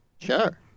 Sure